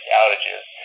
outages